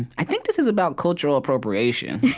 and i think this is about cultural appropriation.